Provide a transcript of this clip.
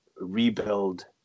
rebuild